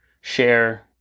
share